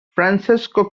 francesco